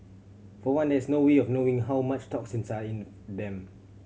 for one there is no way of knowing how much toxins are in them